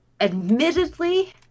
admittedly